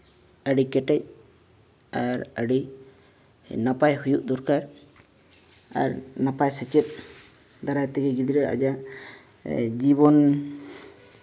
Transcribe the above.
ᱟᱹᱰᱤ ᱠᱮᱴᱮᱡ ᱟᱨ ᱟᱹᱰᱤ ᱟᱨ ᱱᱟᱯᱟᱭ ᱦᱩᱭᱩᱜ ᱫᱚᱨᱠᱟᱨ ᱟᱨ ᱱᱟᱯᱟᱭ ᱥᱮᱪᱮᱫ ᱫᱟᱨᱟᱭ ᱛᱮᱜᱮ ᱜᱤᱫᱽᱨᱟᱹ ᱟᱭᱟᱜ ᱡᱤᱵᱚᱱ